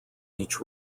each